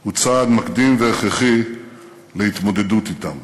הם צעד מקדים והכרחי להתמודדות אתם.